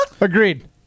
Agreed